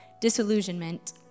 disillusionment